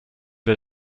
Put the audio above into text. wir